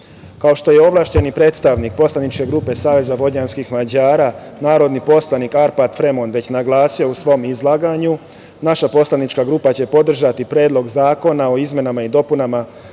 kao što je ovlašćeni predstavnik poslaničke grupe SVM, narodni poslanik Arpad Fremond već naglasio u svom izlaganju, naša poslanička grupa će podržati Predlog zakona o izmenama i dopunama